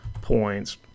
points